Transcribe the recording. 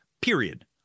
period